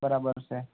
બરાબર છે